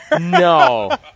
No